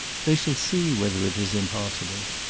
they shall see whether it is impossible.